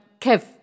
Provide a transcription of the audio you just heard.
Kev